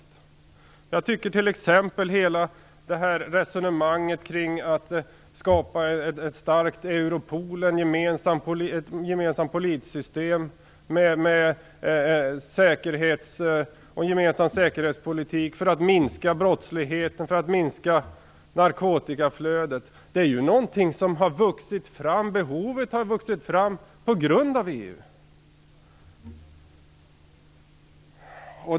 Jag tycker t.ex. att behovet att skapa ett starkt Europol och ett gemensamt polissystem, en gemensam säkerhetspolitik för att minska brottsligheten och för att minska narkotikaflödet, är någonting som har vuxit fram på grund av EU.